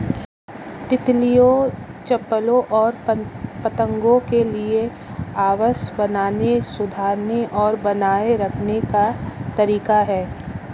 तितलियों, चप्पलों और पतंगों के लिए आवास बनाने, सुधारने और बनाए रखने का तरीका है